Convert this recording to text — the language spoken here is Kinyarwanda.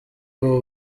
b’u